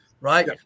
right